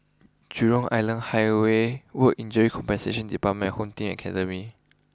Jurong Island Highway Work Injury Compensation Department and Home Team Academy